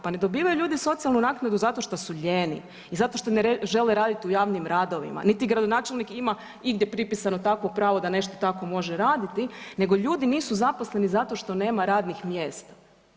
Pa ne dobivaju ljudi socijalnu naknadu zato što su lijeni i zato što ne žele raditi u javnim radovima, niti gradonačelnik ima igdje pripisano takvo pravo da nešto takvo može raditi, nego ljudi nisu zaposleni zato što nema radnih mjesta.